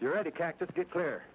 you're at a cactus get clear